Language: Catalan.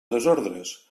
desordres